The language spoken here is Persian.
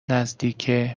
نزدیکه